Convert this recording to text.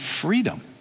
freedom